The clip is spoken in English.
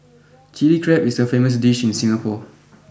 Chilli Crab is a famous dish in Singapore